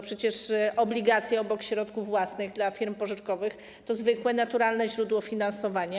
Przecież obligacje obok środków własnych dla firm pożyczkowych to zwykłe, naturalne źródło finansowania.